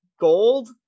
gold